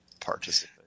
participate